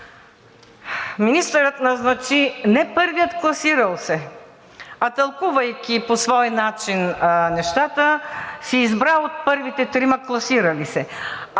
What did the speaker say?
Министърът назначи не първия класирал се, а тълкувайки по свой начин нещата, си избра от първите трима класирали се.